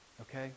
okay